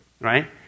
right